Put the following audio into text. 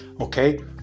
okay